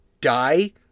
die